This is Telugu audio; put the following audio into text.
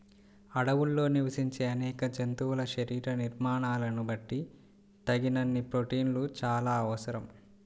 అడవుల్లో నివసించే అనేక జంతువుల శరీర నిర్మాణాలను బట్టి తగినన్ని ప్రోటీన్లు చాలా అవసరం